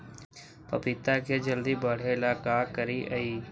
पपिता के जल्दी बढ़े ल का करिअई?